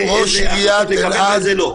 אין לי ספק שזה כך.